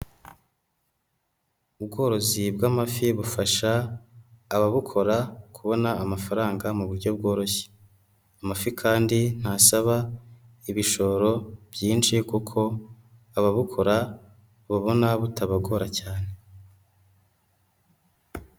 Ubworozi bw'amafi bufasha ababukora kubona amafaranga mu buryo bworoshye, amafi kandi ntasaba ibishoro byinshi kuko ababukora babona butabagora cyane.